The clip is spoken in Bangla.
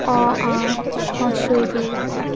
অ আ হ্রস্ব ই দীর্ঘ ঈ